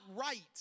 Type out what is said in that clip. right